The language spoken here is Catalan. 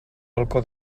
balcó